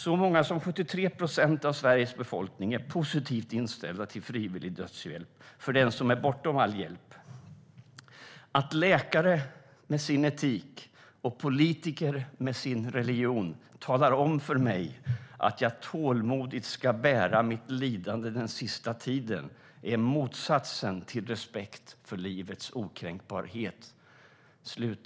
Så många som 73 procent av Sveriges befolkning är positivt inställda till frivillig dödshjälp för den som är bortom all hjälp, enligt en avhandling på Karolinska institutet. Att läkare med sin etik och politiker med sin religion talar om för mig att jag tålmodigt ska bära mitt lidande den sista tiden är motsatsen till respekt för livets okränkbarhet."